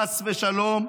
חס ושלום,